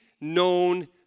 known